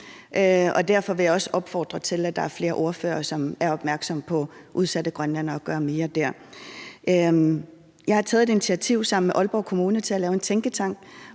Derfor vil jeg også opfordre til, at der er flere ordførere, som er opmærksomme på udsatte grønlændere og gør mere der. Jeg har taget et initiativ sammen med Aalborg Kommune til at lave en tænketank,